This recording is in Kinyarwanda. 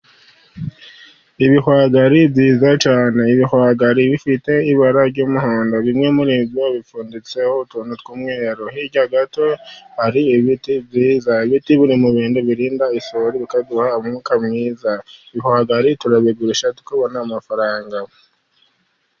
Ibihwagari byiza cyane ibihwagari bifite ibara ry'umuhondo, bimwe muri byo bipfunditseho utuntu tw'umweru hirya gato hari ibiti byiza. Ibiti biri mu bintu birinda bikaduha umwuka mwiza, ibihwagari turabigurisha tukabona amafaranga.